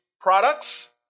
products